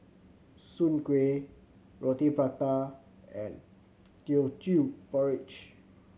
Soon Kueh Roti Prata and Teochew Porridge